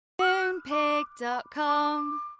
Moonpig.com